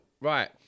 right